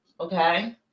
okay